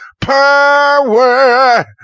Power